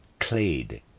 clade